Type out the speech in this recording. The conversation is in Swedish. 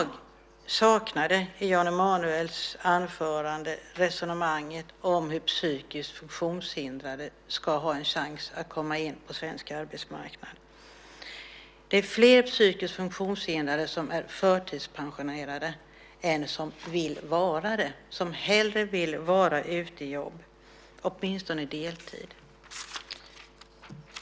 I Jan Emanuels anförande saknade jag resonemanget om hur psykiskt funktionshindrade ska ha en chans att komma in på svensk arbetsmarknad. Det är fler psykiskt funktionshindrade som är förtidspensionerade än som vill vara det, som hellre vill vara ute i jobb, åtminstone på deltid.